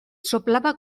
soplaba